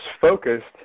focused